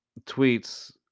tweets